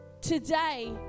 today